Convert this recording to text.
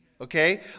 okay